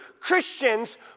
Christians